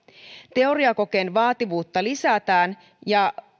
teoriakokeen vaativuutta lisätään ja